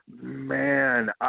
man